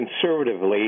conservatively